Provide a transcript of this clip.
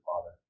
Father